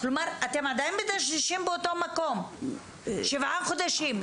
כלומר, אתם עדיין מדשדשים באותו מקום שבעה חודשים.